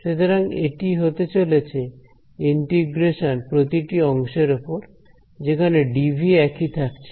সুতরাং এটি হতে চলেছে ইন্টিগ্রেশন প্রতিটি অংশের ওপর যেখানে ডিভি একই থাকছে